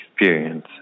experience